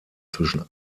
zwischen